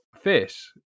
fish